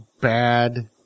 bad